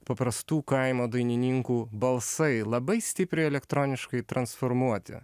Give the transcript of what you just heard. paprastų kaimo dainininkų balsai labai stipriai elektroniškai transformuoti